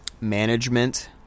management